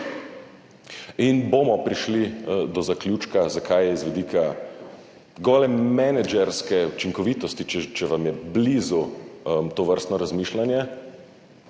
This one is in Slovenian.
In bomo prišli do zaključka, zakaj z vidika gole menedžerske učinkovitosti, če vam je blizu tovrstno razmišljanje,